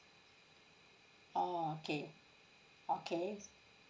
oh okay okay